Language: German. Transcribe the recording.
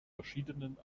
verschiedenen